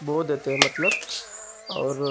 बो देते हैं मतलब और